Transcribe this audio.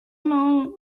known